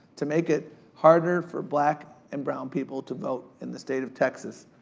to make it harder for black and brown people to vote in the state of texas.